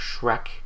Shrek